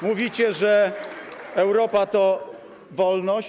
Mówicie, że Europa to wolność?